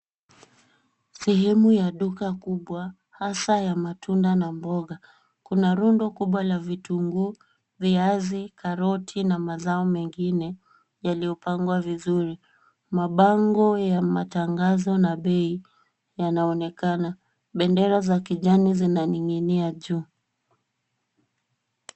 Sehemu ya duka kubwa hasa ya matunda na mboga. Kuna rundo kubwa la vitunguu, viazi, karoti na mazao mengine yaliyopangwa vizuri. Mabango ya matangazo na bei yanaonekana. Bendera za kijani zinaning'inia juu.